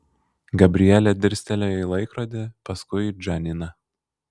gabrielė dirstelėjo į laikrodį paskui į džaniną